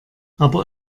aber